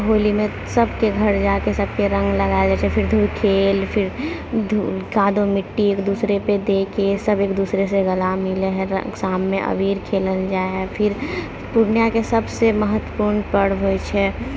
होलिमे सभके घर जाकऽ सभके रङ्ग लगाएल जाइ छै फिर खेल कादो मिट्टी एक दूसरे पर देइके सभ एक दूसरेसँ गला मिलै हइ शाममे अबीर खेलल जाइ है पूर्णियाँके सबसँ महत्वपूर्ण पर्व होइ छै